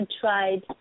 tried